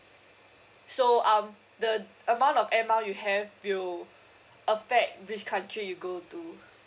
so um the amount of air mile you have will affect which country you go to